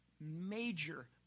major